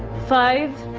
five,